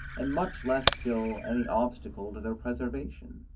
and much less still any obstacle to their preservation.